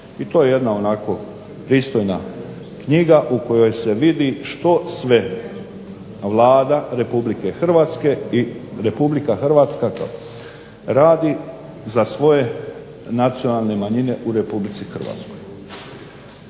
i to je jedna pristojna knjiga u kojoj se vidi što sve Vlada Republike Hrvatske i Republika Hrvatska radi za svoje nacionalne manjine u Republici Hrvatskoj.